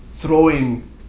throwing